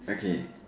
okay